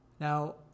Now